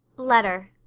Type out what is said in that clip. letter,